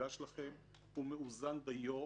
הוגשה לכם, הוא מאוזן דיו.